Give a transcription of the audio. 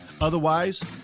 Otherwise